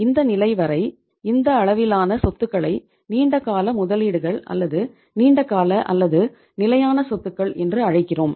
இந்த நிலை வரை இந்த அளவிலான சொத்துக்களை நீண்ட கால முதலீடுகள் அல்லது நீண்ட கால அல்லது நிலையான சொத்துக்கள் என்று அழைக்கிறோம்